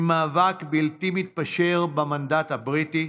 ממאבק בלתי מתפשר במנדט הבריטי,